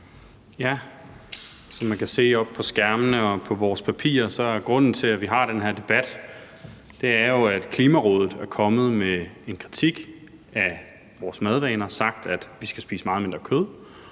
Som man kan se oppe på skærmene og i vores papirer, er grunden til, at vi har den her debat, at Klimarådet er kommet med en kritik af vores madvaner og har sagt, at vi skal spise meget mindre kød,